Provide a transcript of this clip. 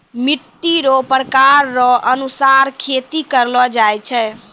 मिट्टी रो प्रकार रो अनुसार खेती करलो जाय छै